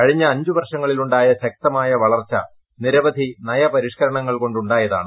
കഴിഞ്ഞ അഞ്ച് വർഷങ്ങളിലുണ്ടായ ശക്തമായ വളർച്ചു നിരവധി നയപരിഷ്കരണങ്ങൾ കൊണ്ടുണ്ടായതാണ്